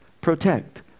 Protect